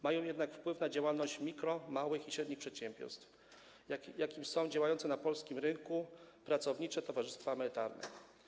Mają jednak wpływ na działalność mikro-, małych i średnich przedsiębiorstw, jakimi są działające na polskim rynku pracownicze towarzystwa emerytalne.